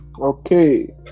Okay